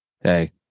Hey